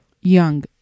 young